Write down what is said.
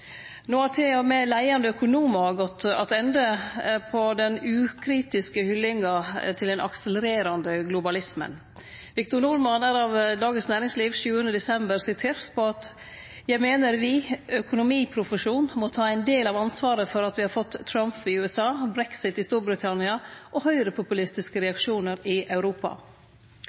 No har til og med leiande økonomar gått attende på den ukritiske hyllinga av den akselererande globalismen. Victor Norman seier i Dagens Næringsliv 7. desember: «Jeg mener vi – økonomiprofesjonen – må ta en del av ansvaret for at vi har fått Trump i USA, brexit i Storbritannia og høyrepopulistiske reaksjoner i Europa.»